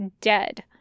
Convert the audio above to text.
dead